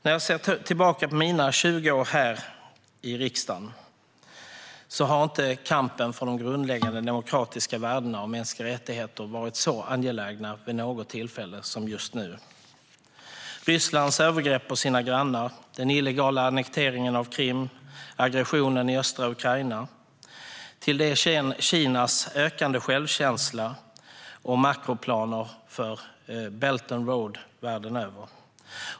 Jag kan se tillbaka på mina 20 år här i riksdagen. Kampen för de grundläggande demokratiska värdena och för mänskliga rättigheter har inte varit så angelägen vid något tillfälle som just nu. Jag tänker på Rysslands övergrepp på sina grannar, den illegala annekteringen av Krim och aggressionen i östra Ukraina. Till det kommer Kinas ökande självkänsla och makroplaner för Belt and Road världen över.